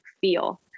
feel